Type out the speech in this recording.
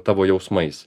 tavo jausmais